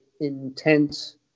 intense